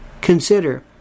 consider